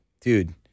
dude